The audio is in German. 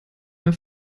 mehr